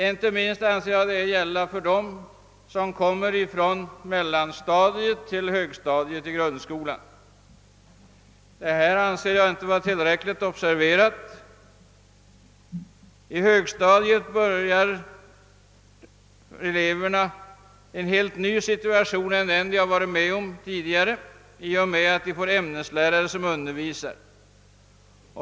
Inte minst gäller detta dem som kommer från mellanstadiet till högstadiet i grundskolan. Detta anser jag inte tillräckligt har observerats. På högstadiet befinner sig eleverna i en helt annan situation än den de varit i tidigare; de får där ämneslärare som undervisar.